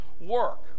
work